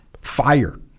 fire